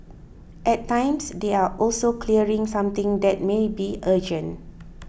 at times they are also clearing something that may be urgent